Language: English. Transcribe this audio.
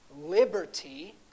liberty